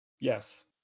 Yes